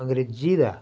अंग्रेजी दा